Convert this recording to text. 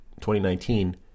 2019